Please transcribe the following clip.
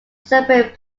separate